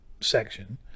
section